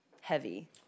heavy